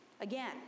again